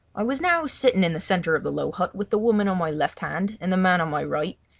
i was now sitting in the centre of the low hut with the woman on my left hand and the man on my right,